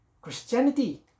christianity